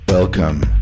Welcome